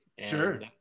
Sure